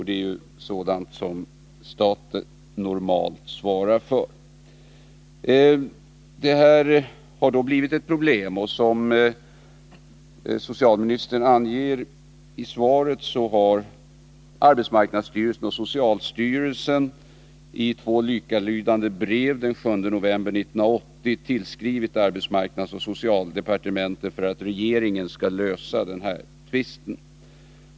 Det är sådant som staten normalt svarar för. Som socialministern anger i svaret har arbetsmarknadsstyrelsen och socialstyrelsen i två likalydande brev den 7 november 1980 tillskrivit arbetsmarknadsoch socialdepartementen för att regeringen skall lösa tvisten.